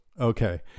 Okay